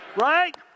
Right